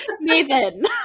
Nathan